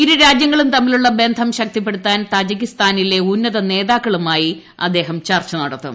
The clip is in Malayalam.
ഇരുരാജൃങ്ങളും തമ്മിലുള്ള ബന്ധം ശക്തിപ്പെടുത്താൻ തജിക്കിസ്ഥാനിലെ ഉന്നതതല നേതാക്കളുമായി അദ്ദേഹം ചർച്ച നടത്തും